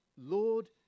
Lord